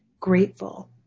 Grateful